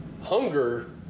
hunger